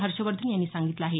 हर्षवर्धन यांनी सांगितलं आहे